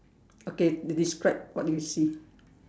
okay describe what do you see